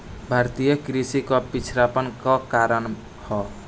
भारतीय कृषि क पिछड़ापन क कारण का ह?